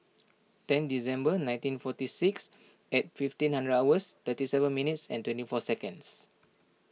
ten December nineteen forty six and fifteen hundred hours thirty seven minutes and twenty four seconds